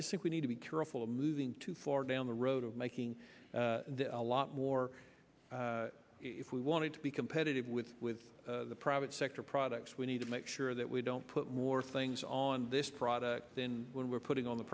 just think we need to be careful of moving too far down the road of making a lot more if we want to be competitive with with the private sector products we need to make sure that we don't put more things on this product then we're putting on the